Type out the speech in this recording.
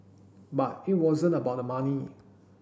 but it wasn't about the money